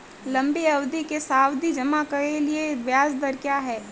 लंबी अवधि के सावधि जमा के लिए ब्याज दर क्या है?